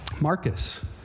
Marcus